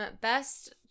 Best